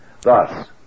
Thus